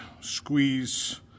squeeze